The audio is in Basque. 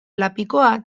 lapikoa